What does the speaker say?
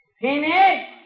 Penny